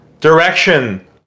direction